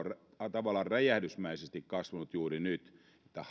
tavallaan räjähdysmäisesti kasvanut juuri nyt